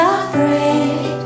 afraid